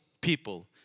people